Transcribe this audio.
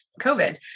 COVID